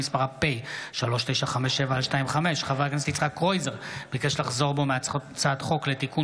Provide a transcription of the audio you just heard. שמספרה פ/3957/25.חבר הכנסת יצחק קרויזר ביקש לחזור בו מהצעת חוק לתיקון